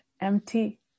empty